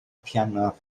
piano